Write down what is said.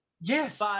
Yes